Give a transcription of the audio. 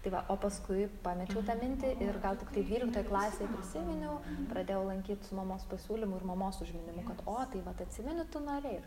tai va o paskui pamečiau tą mintį ir gal tiktai dvyliktoj klasėj prisiminiau pradėjau lankyt su mamos pasiūlymu ir mamos užminimu kad o tai vat atsimeni tu norėjai